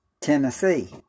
Tennessee